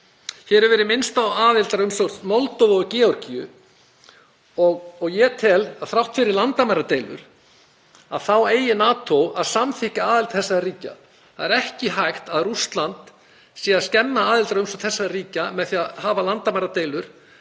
Hér hefur verið minnst á aðildarumsóknir Moldóvu og Georgíu og ég tel að þrátt fyrir landamæradeilur þá eigi NATO að samþykkja aðild þessara ríkja. Það er ekki hægt að Rússland sé að skemma aðildarumsóknir þessara ríkja með því að hafa landamæradeilur